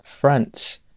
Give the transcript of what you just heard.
France